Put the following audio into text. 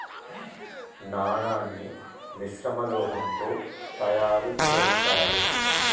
నాణాన్ని మిశ్రమ లోహంతో తయారు చేత్తారు